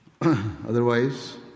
Otherwise